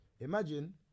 Imagine